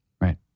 Right